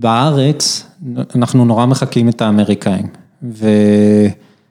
בארץ אנחנו נורא מחקים את האמריקאים.